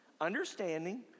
understanding